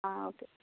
okay